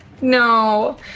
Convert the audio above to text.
No